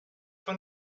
for